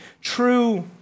true